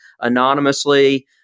anonymously